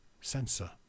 sensor